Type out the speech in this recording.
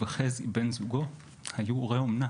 הוא וחזי בן זוגו היו הורי אומנה